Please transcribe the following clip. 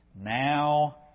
Now